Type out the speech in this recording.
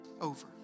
over